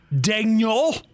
Daniel